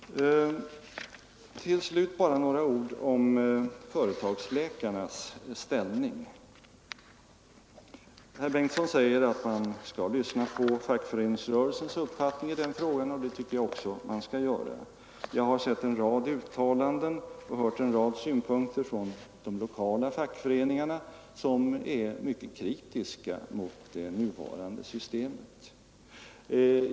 Till sist bara några ord om företagsläkarnas ställning. Herr Bengtsson säger att man skall lyssna på fackföreningsrörelsens uppfattning i frågan. Det tycker jag också att man skall göra. Jag har sett en rad uttalanden och hört en rad synpunkter från lokala fackföreningar som varit mycket kritiska mot det nuvarande systemet.